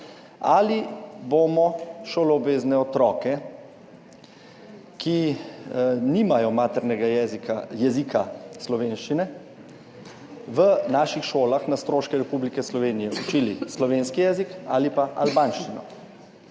ali bomo šoloobvezne otroke, katerih materni jezik ni slovenščine, v naših šolah na stroške Republike Slovenije učili slovenski jezik ali pa albanščino.